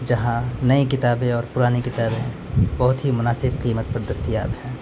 جہاں نئی کتابیں اور پرانی کتابیں بہت ہی مناسب قیمت پر دستیاب ہے